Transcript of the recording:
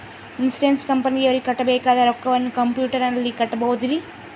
Insurance ಕಂಪನಿಯವರಿಗೆ ಕಟ್ಟಬೇಕಾದ ರೊಕ್ಕವನ್ನು ಕಂಪ್ಯೂಟರನಲ್ಲಿ ಕಟ್ಟಬಹುದ್ರಿ?